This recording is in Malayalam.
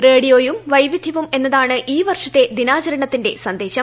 റേഡിയോയും വൈവിദ്ധ്യവും എന്നതാണ് ഈ വർഷത്തെ ദിനാചരണത്തിന്റെ സന്ദേശം